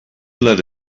load